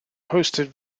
hosted